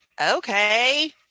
Okay